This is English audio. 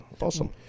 Awesome